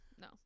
No